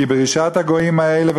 כי ברשעת הגויים האלה",